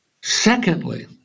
Secondly